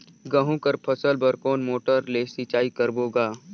गहूं कर फसल बर कोन मोटर ले सिंचाई करबो गा?